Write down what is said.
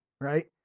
Right